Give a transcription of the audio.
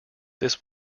this